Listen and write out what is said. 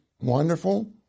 wonderful